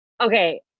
Okay